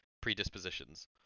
predispositions